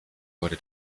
wurde